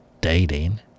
dating